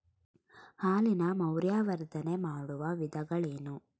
ಹಾಲಿನ ಮೌಲ್ಯವರ್ಧನೆ ಮಾಡುವ ವಿಧಾನಗಳೇನು?